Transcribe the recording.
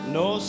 no